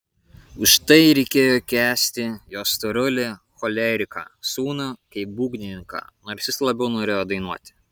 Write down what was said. už tai reikėjo kęsti jo storulį choleriką sūnų kaip būgnininką nors jis labiau norėjo dainuoti